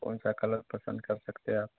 कौनसा कलर पसंद कर सकते आप